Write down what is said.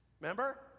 Remember